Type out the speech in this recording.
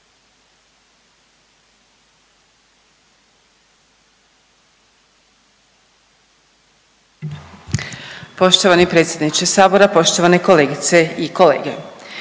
poštovani državni tajniče, poštovane kolegice i kolege.